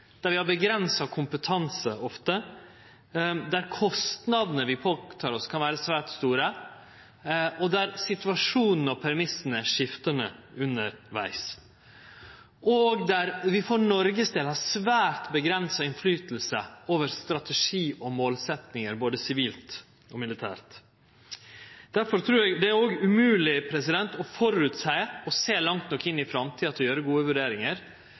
der vi ofte har avgrensa kompetanse, der kostnadene vi tek på oss kan vere svært store, og der situasjonen og premissa er skiftande undervegs, og der vi for Noregs del har svært avgrensa innverknad på strategi og målsettingar, både sivilt og militært. Derfor trur eg det er umogleg å føreseie, å sjå langt nok inn i framtida til å gjere gode vurderingar.